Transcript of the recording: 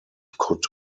could